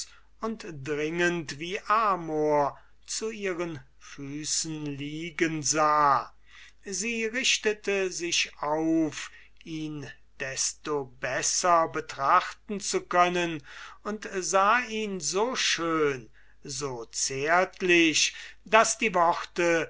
und dringend wie amor zu ihren füßen liegen sah sie richtete sich auf ihn desto besser betrachten zu können und sah ihm so schön so zärtlich daß die worte